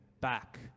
back